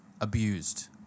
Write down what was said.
abused